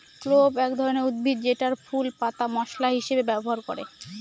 clove এক ধরনের উদ্ভিদ যেটার ফুল, পাতা মশলা হিসেবে ব্যবহার করে